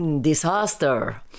disaster